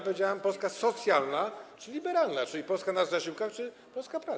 Powiedziałem: Polska socjalna czy liberalna, czyli Polska na zasiłkach czy Polska pracy.